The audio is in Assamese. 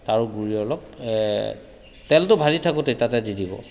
তাৰ গুড়ি অলপ তেলটো ভাজি থাকোঁতেই তাতে দি দিব